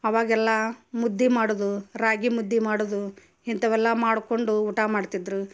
ಅವಾಗೆಲ್ಲ ಮುದ್ದೆ ಮಾಡುವುದು ರಾಗಿ ಮುದ್ದೆ ಮಾಡುವುದು ಇಂಥವೆಲ್ಲ ಮಾಡಿಕೊಂಡು ಊಟ ಮಾಡ್ತಿದ್ರು